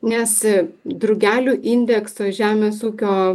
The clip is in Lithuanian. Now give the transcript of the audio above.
nes drugelių indekso žemės ūkio